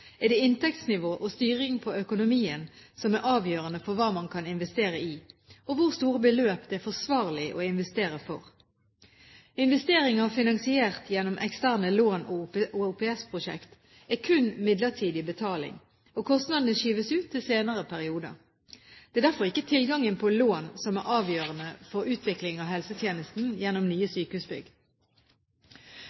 er det inntektsnivå og styring på økonomien som er avgjørende for hva man kan investere i – og hvor store beløp det er forsvarlig å investere for. Investeringer finansiert gjennom eksterne lån og OPS-prosjekter er kun midlertidig betaling, og kostnadene skyves ut til senere perioder. Det er derfor ikke tilgangen på lån som er avgjørende for utviklingen av helsetjenesten gjennom nye